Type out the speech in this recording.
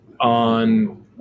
on